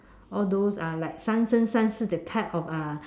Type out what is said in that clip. all those are like Sunzhen Sunzhen that type of uh